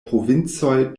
provincoj